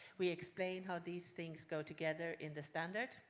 we explain how these things go together in the standard.